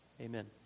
Amen